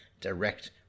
direct